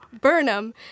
Burnham